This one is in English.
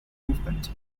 movement